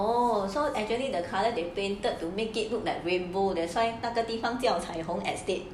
oh so actually the colour they painted to make it look like rainbow that's why 那个地方叫彩虹 estate